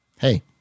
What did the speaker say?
hey